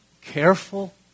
careful